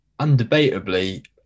undebatably